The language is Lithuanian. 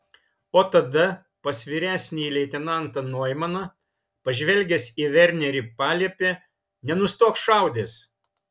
o tada pas vyresnįjį leitenantą noimaną pažvelgęs į vernerį paliepė nenustok šaudęs